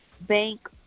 bank